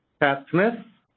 pat smith?